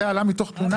וזה עלה מתוך תלונה,